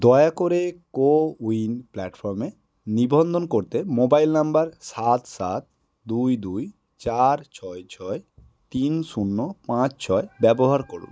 দয়া করে কোউইন প্ল্যাটফর্মে নিবন্ধন করতে মোবাইল নম্বর সাত সাত দুই দুই চার ছয় ছয় তিন শূন্য পাঁচ ছয় ব্যবহার করুন